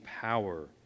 power